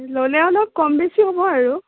ললে অলপ কম বেছি হ'ব আৰু